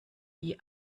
wie